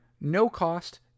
no-cost